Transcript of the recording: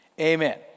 Amen